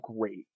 great